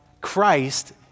Christ